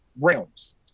realms